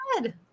good